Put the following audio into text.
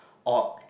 or